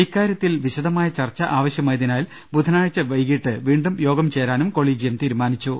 ഇക്കാര്യത്തിൽ വിശദമായ ചർച്ച ആവശ്യമായതിനാൽ ബുധനാഴ്ച വൈകീട്ട് വീണ്ടും യോഗം ചേരാനും കൊളീജിയം തീരുമാനിച്ചു